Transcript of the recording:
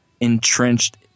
entrenched